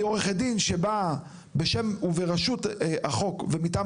אני עורכת דין שבאה בשם וברשות החוק ומטעם